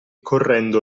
correndo